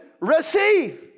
receive